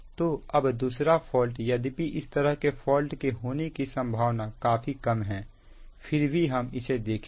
तो अब दूसरा फॉल्ट यद्यपि इस तरह के फॉल्ट होने की संभावना काफी कम है फिर भी हम इसे देखेंगे